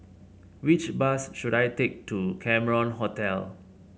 which bus should I take to Cameron Hotel